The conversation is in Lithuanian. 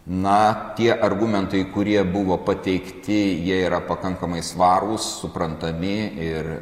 na tie argumentai kurie buvo pateikti jie yra pakankamai svarūs suprantami ir